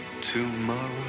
Tomorrow